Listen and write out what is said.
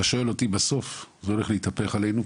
בסוף זה הולך להתהפך עלינו,